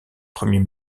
premier